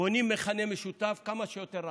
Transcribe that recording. בונים מכנה משותף כמה שיותר רחב.